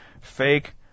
fake